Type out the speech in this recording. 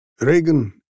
Reagan